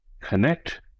connect